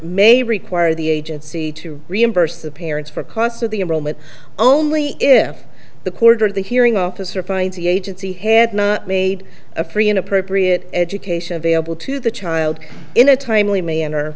may require the agency to reimburse the parents for costs of the enrollment only if the court or the hearing officer finds the agency had not made a free an appropriate education available to the child in a timely manner